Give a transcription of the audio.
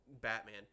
batman